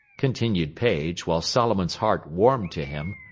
continued paige, while solomon's heart warmed to him,